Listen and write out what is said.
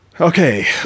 okay